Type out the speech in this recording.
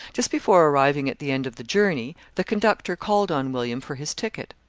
just before arriving at the end of the journey, the conductor called on william for his ticket.